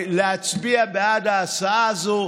להצביע בעד ההצעה הזו.